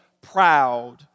proud